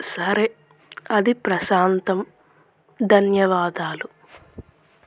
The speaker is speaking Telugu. సరే అది ప్రశాంతం ధన్యవాదాలు